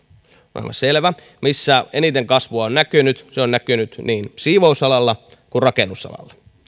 tämä on aivan selvää missä on näkynyt eniten kasvua sitä on näkynyt niin siivousalalla kuin rakennusalalla